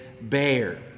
bear